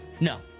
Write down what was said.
No